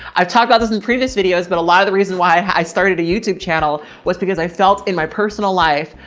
i've talked about this in previous videos, but a lot of the reasons why i started a youtube channel was because i felt in my personal life,